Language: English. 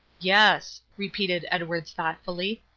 yes, repeated edwards thoughtfully,